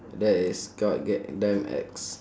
that is god g~ damn ex